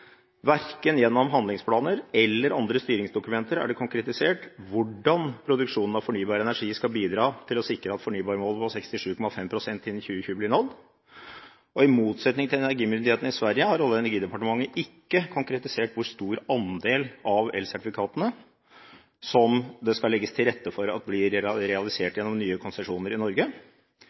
gjennom handlingsplaner eller andre styringsdokumenter er det konkretisert hvordan produksjonen av ny fornybar energi skal bidra til å sikre at fornybarmålet på 67,5 prosent innen 2020 blir nådd. I motsetning til energimyndighetene i Sverige, har Olje- og energidepartementet ikke konkretisert hvor stor andel av elsertifikatene som myndighetene skal legge til rette for» at blir realisert «gjennom nye konsesjoner i Norge.